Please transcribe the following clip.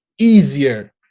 easier